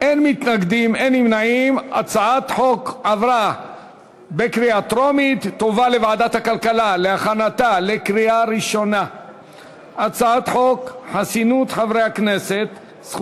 ההצעה להעביר את הצעת חוק קביעת מועד לתחילת הוראת סימון מזון